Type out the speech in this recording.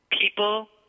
People